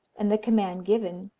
and the command given,